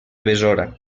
besora